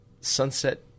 Sunset